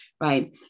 right